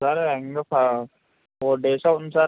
sir అయ్యింది ఒక four days అవుతుంది సార్